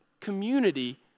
community